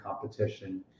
competition